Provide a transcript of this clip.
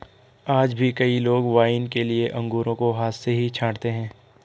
आज भी कई लोग वाइन के लिए अंगूरों को हाथ से ही छाँटते हैं